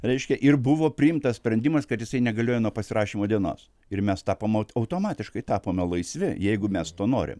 reiškia ir buvo priimtas sprendimas kad jisai negalioja nuo pasirašymo dienos ir mes tapom au automatiškai tapome laisvi jeigu mes to norim